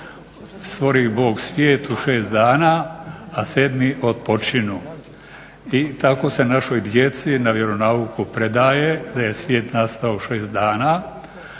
Hvala vam